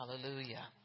Hallelujah